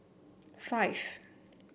five